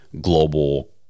global